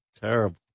terrible